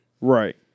Right